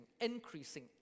increasing